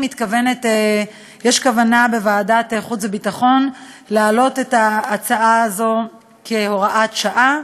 יש כוונה בוועדת החוץ והביטחון להעלות את ההצעה הזו כהוראת שעה,